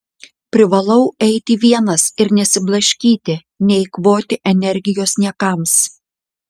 privalau eiti vienas ir nesiblaškyti neeikvoti energijos niekams